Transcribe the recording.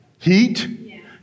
Heat